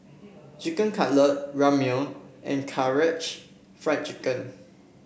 Chicken Cutlet Ramyeon and Karaage Fried Chicken